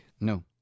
no